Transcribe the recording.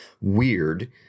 weird